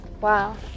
wow